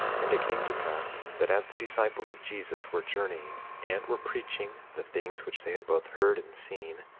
and it came to pass that as the disciples of jesus were journeying and were preaching the things which they had both heard and seen,